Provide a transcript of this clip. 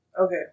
Okay